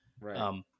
Right